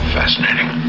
Fascinating